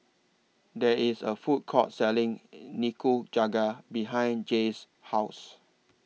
There IS A Food Court Selling Nikujaga behind Jaye's House